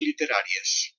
literàries